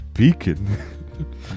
Beacon